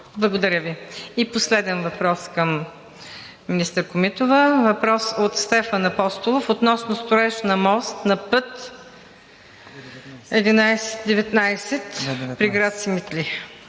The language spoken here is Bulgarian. Благодаря Ви. И последен въпрос към министър Комитова. Въпрос от Стефан Апостолов относно строеж на мост на път 11-19 при град Симитли.